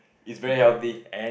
it's very healthy